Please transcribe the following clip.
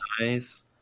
nice